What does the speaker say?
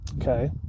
Okay